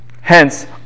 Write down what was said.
Hence